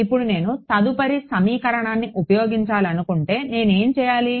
ఇప్పుడు నేను తదుపరి సమీకరణాన్ని ఉపయోగించాలనుకుంటే నేను ఏమి చేయాలి